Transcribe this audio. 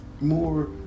more